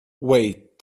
wait